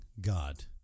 God